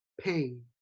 pain